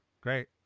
Great